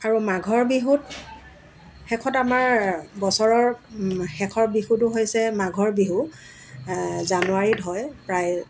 আৰু মাঘৰ বিহুত শেষত আমাৰ বছৰৰ শেষৰ বিহুটো হৈছে মাঘৰ বিহু জানুৱাৰীত হয় প্ৰায়